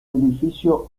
edificio